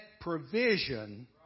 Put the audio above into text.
provision